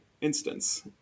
instance